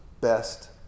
best